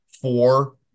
four